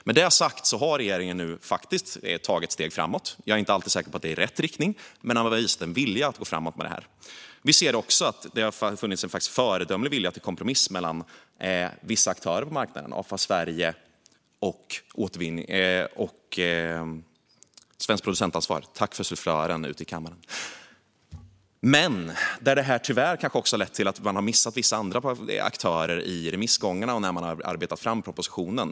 Med det sagt har regeringen nu faktiskt tagit steg framåt. Jag är inte säker på att det går i helt rätt riktning, men man har visat en vilja att gå framåt med det här. Vi ser också att det har funnits en föredömlig vilja till kompromiss mellan vissa aktörer på marknaden - Avfall Sverige och Svenskt Producentansvar - men det här har tyvärr också lett till att man kanske har missat vissa andra aktörer i remissgången och när man har arbetat fram propositionen.